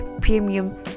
premium